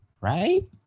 right